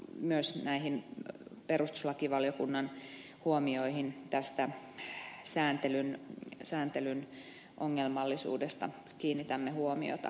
myös näihin perustuslakivaliokunnan huomioihin sääntelyn ongelmallisuudesta kiinnitämme huomiota